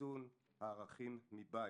בחיסון הערכים מבית.